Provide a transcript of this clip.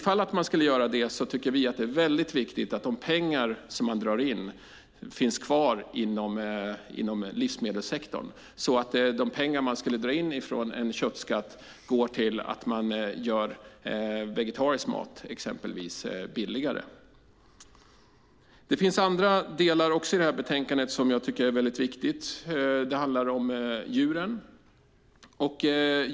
Om man skulle göra det tycker vi att det är viktigt att de pengar som man drar in finns kvar inom livsmedelssektorn. De pengar man skulle dra in från en köttskatt kan exempelvis gå till att göra vegetarisk mat billigare. Det finns andra delar i det här betänkandet som jag tycker är viktiga. Det handlar om djuren.